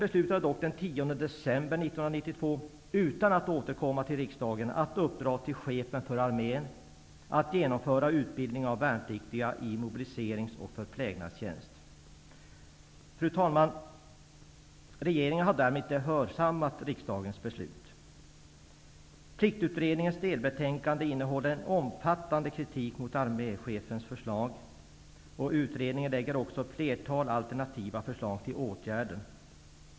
1992 -- utan att återkomma till riksdagen -- att uppdra till chefen för armén att genomföra utbildningen av värnpliktiga i mobiliserings och förplägnadstjänst. Fru talman! Regeringen har därmed inte hörsammat riksdagens beslut. Pliktutredningens delbetänkande innehåller en omfattande kritik mot arméchefens förslag, och utredningen lägger också fram ett flertal alternativa förslag till åtgärder.